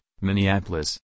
Minneapolis